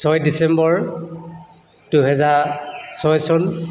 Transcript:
ছয় ডিচেম্বৰ দুহেজাৰ ছয় চন